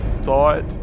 thought